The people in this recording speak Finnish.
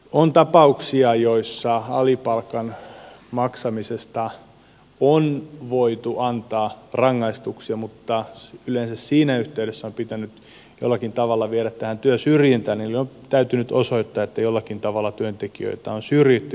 on tapauksia joissa alipalkan maksamisesta on voitu antaa rangaistuksia mutta yleensä siinä yhteydessä on pitänyt jollakin tavalla viedä tähän työsyrjintään eli on täytynyt osoittaa että jollakin tavalla työntekijöitä on syrjitty